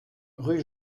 rue